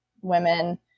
women